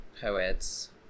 poets